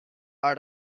are